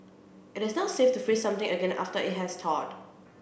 it is not safe to freeze something again after it has thawed